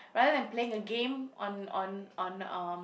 rather than playing a game on on on uh